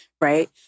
Right